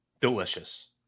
Delicious